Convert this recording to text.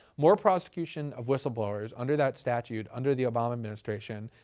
more prosecution of whistleblowers under that statute, under the obama administration,